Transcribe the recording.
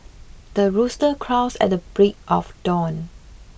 the rooster crows at the break of dawn